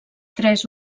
tres